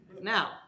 Now